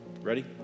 Ready